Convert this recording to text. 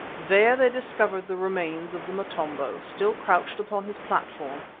there they discovered the remains of the motombo, still crouched upon his platform,